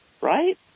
Right